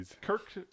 Kirk